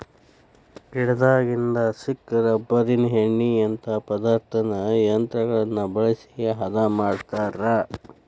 ಗಿಡದಾಗಿಂದ ಸಿಕ್ಕ ರಬ್ಬರಿನ ಎಣ್ಣಿಯಂತಾ ಪದಾರ್ಥಾನ ಯಂತ್ರಗಳನ್ನ ಬಳಸಿ ಹದಾ ಮಾಡತಾರ